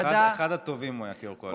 הוא היה אחד הטובים כיו"ר קואליציה.